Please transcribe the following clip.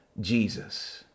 Jesus